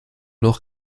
noch